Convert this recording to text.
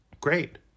Great